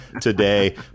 today